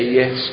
yes